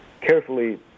carefully